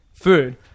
food